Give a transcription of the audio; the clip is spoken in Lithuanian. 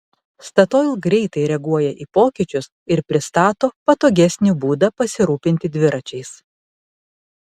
statoil greitai reaguoja į pokyčius ir pristato patogesnį būdą pasirūpinti dviračiais